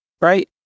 right